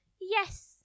Yes